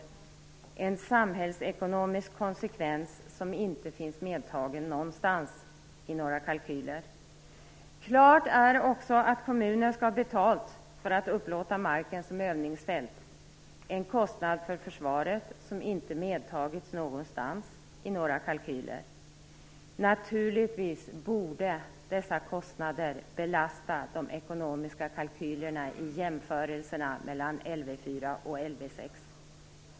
Det är en samhällsekonomisk konsekvens som inte finns medtagen någonstans i några kalkyler. Klart är också att kommunen skall ha betalt för att upplåta marken som övningsfält, en kostnad för försvaret som inte medtagits i några kalkyler. Naturligtvis borde dessa kostnader belasta de ekonomiska kalkylerna i jämförelserna mellan Lv 4 och Lv 6.